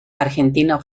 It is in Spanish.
argentina